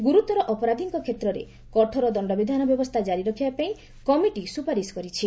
ଗୁରୁତର ଅପରାଧିଙ୍କ କ୍ଷେତ୍ରରେ କଠୋର ଦଣ୍ଡବିଧାନ ବ୍ୟବସ୍ଥା କାରି ରଖିବାପାଇଁ କମିଟି ସୁପାରିସ କରିଛି